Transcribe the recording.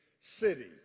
city